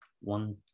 one